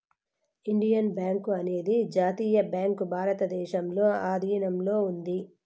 Indian bank అనేది జాతీయ bank భారతదేశంలో ఆధీనంలో ఉంది